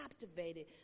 captivated